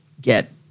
get